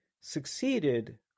succeeded